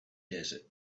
desert